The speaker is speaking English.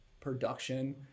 production